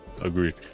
agreed